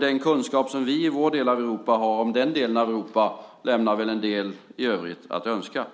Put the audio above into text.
Den kunskap som vi i vår del i Europa har om den delen av Europa lämnar väl en del i övrigt att önska.